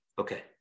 Okay